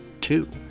two